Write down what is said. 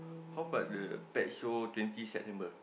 how about the pet show twenty September